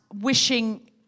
wishing